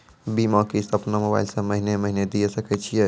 बीमा किस्त अपनो मोबाइल से महीने महीने दिए सकय छियै?